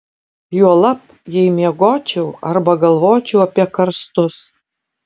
juolab jei miegočiau arba galvočiau apie karstus